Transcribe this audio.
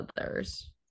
others